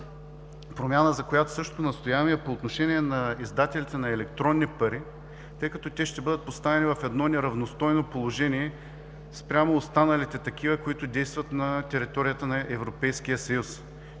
промяна, за която също настояваме, е по отношение на издателите на електронни пари, тъй като те ще бъдат поставени в едно неравностойно положение спрямо останалите такива, които действат на територията на Европейския съюз.